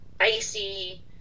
icy